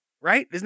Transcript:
Right